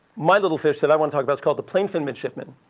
my little fish that i want to talk about is called the plainfin midshipman.